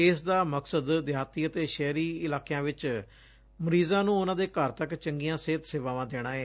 ਇਸ ਦਾ ਮਕਸਦ ਦਿਹਾਤੀ ਅਤੇ ਸ਼ਹਿਰੀ ਇਲਾਕਿਆ ਵਿਚ ਮਰੀਜ਼ਾਾ ਨੰ ਉਨਾਂ ਦੇ ਘਰ ਤੱਕ ਚੰਗੀਆਂ ਸਿਹਤ ਸੇਵਾਵਾਂ ਦੇਣਾ ਏ